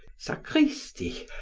sacristi,